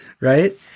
Right